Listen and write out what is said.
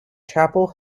chapel